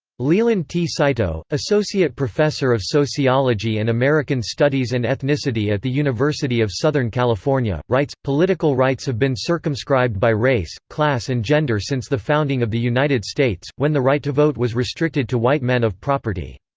leland t. saito, associate professor of sociology and american studies and ethnicity at the university of southern california, writes, political rights have been circumscribed by race, class and gender since the founding of the united states, when the right to vote was restricted to white men of property.